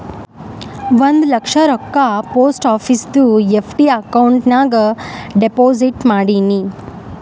ಒಂದ್ ಲಕ್ಷ ರೊಕ್ಕಾ ಪೋಸ್ಟ್ ಆಫೀಸ್ದು ಎಫ್.ಡಿ ಅಕೌಂಟ್ ನಾಗ್ ಡೆಪೋಸಿಟ್ ಮಾಡಿನ್